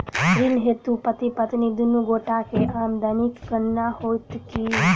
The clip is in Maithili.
ऋण हेतु पति पत्नी दुनू गोटा केँ आमदनीक गणना होइत की?